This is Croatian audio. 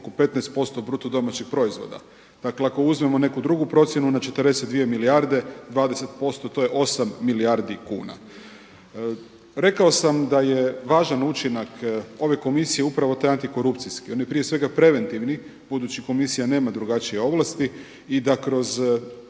15% bruto domaćeg proizvoda. Dakle, ako uzmemo neku drugu procjenu na 42 milijarde, 20% to je 8 milijardi kuna. Rekao sam da je važan učinak ove Komisije upravo taj antikorupcijski. On je prije svega preventivan. Budući komisija nema drugačije ovlasti i da kroz